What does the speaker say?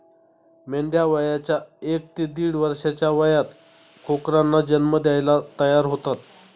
मेंढ्या वयाच्या एक ते दीड वर्षाच्या वयात कोकरांना जन्म द्यायला तयार होतात